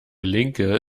linke